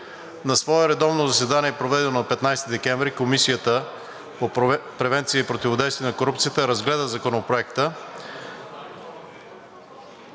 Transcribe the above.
На свое редовно заседание, проведено на 15 декември 2022 г., Комисията по превенция и противодействие на корупцията разгледа Законопроект